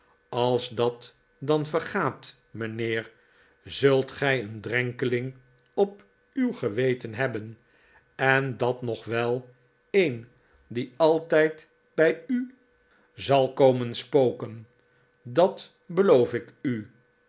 als dat dan vergaat mijnheer zult gij een drenkeling op uw geweten hebben en dat nog wel een die altijd bij u zal komen spoken dat beloof ik u